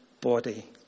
body